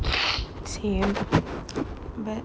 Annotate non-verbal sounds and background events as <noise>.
<breath> same but